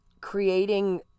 creating